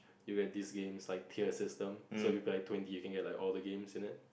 you get these games like tier system so if you pay like twenty you can get all the games in it